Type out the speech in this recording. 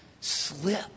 slip